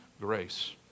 grace